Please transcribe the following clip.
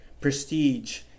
prestige